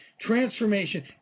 Transformation